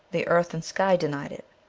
the earth and sky denied it,